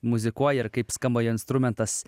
muzikuoja ir kaip skamba jo instrumentas